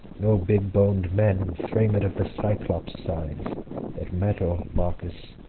no big-bon'd men fram'd of the cyclops' size but metal, marcus,